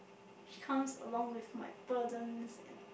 she comes along with my burdens and